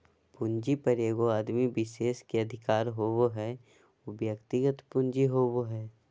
पूंजी पर एगो आदमी विशेष के अधिकार होबो हइ उ व्यक्तिगत पूंजी होबो हइ